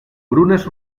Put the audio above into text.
brunes